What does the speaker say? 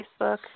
Facebook